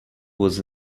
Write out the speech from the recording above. was